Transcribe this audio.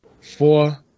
Four